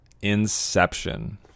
Inception